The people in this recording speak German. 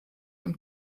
dem